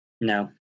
No